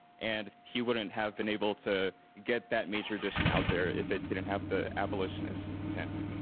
and he wouldn't have been able to get that major edition out there, if it didn't have the abolitionist intent.